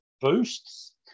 Boosts